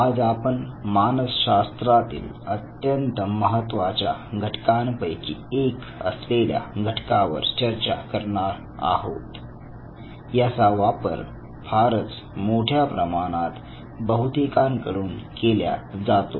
आज आपण मानसशास्त्रातील अत्यंत महत्त्वाच्या घटकांपैकी एक असलेल्या घटकावर चर्चा करणार आहोत याचा वापर फारच मोठ्या प्रमाणात बहुतेकांकडून केल्या जातो